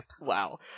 Wow